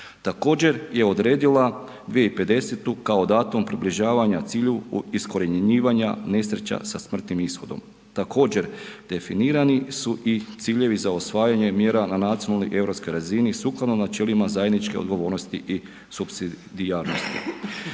Također je odredila 2050. kao datum približavanja cilju iskorjenjivanja nesreća sa smrtnim ishodom. Također, definirani su i ciljevi za usvajanje mjera na nacionalnoj i europskoj razini sukladno načelima zajedničke odgovornosti i supsidijarnosti.